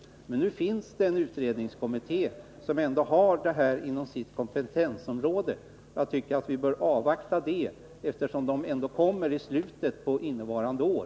Men nu finns det en utredning som har denna fråga inom sitt kompetensområde, och vi bör avvakta dess arbete, eftersom ett förslag kommer i slutet av innevarande år.